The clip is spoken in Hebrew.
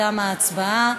תמה ההצבעה.